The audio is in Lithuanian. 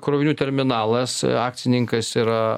krovinių terminalas akcininkas yra